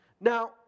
Now